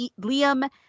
Liam